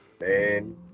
man